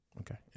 Okay